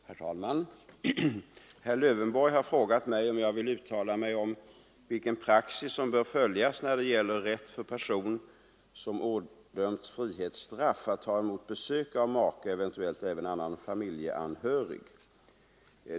Herr talman! Herr Lövenborg har frågat mig om jag vill uttala mig om vilken praxis som bör följas när det gäller rätt för person som ådömts frihetsstraff att ta emot besök av make, eventuellt även annan familjeanhörig.